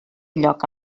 lloc